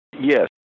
Yes